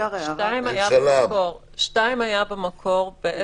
2 היה במקור.